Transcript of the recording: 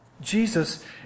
Jesus